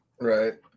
Right